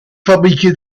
fabriqué